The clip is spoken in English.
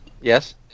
Yes